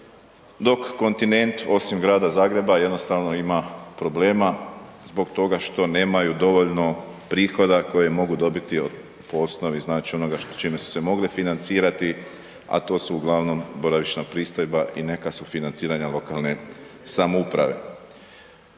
dok kontinent, osim Grada Zagreba jednostavno ima problema zbog toga što nemaju dovoljno prihoda koje mogu dobiti od, po osnovi, znači, onoga čime su se mogli financirati, a to su uglavnom boravišna pristojba i neka sufinanciranja lokalne samouprave.